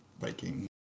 Viking